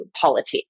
politics